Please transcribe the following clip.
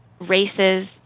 races